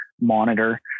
monitor